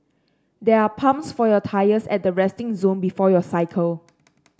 there are pumps for your tyres at the resting zone before you cycle